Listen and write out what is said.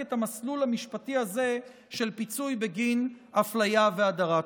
את המסלול המשפטי הזה של פיצוי בגין אפליה והדרה.